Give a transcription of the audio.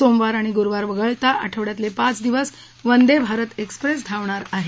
सोमवार आणि गुरुवार वगळता आवड्यातले पाच दिवस वंदे भारत एक्स्प्रेस धावणार आहे